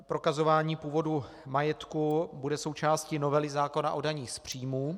Prokazování původu majetku bude součástí novely zákona o daních z příjmu.